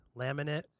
laminate